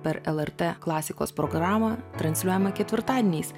per lrt klasikos programą transliuojama ketvirtadieniais